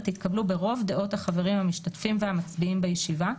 יתקבלו ברוב דעות החברים המשתתפים והמצביעים בישיבה,